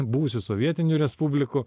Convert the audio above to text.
buvusių sovietinių respublikų